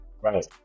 Right